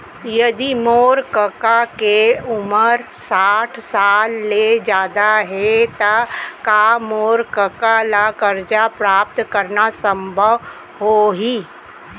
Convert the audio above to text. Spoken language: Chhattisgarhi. यदि मोर कका के उमर साठ साल ले जादा हे त का मोर कका ला कर्जा प्राप्त करना संभव होही